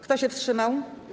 Kto się wstrzymał?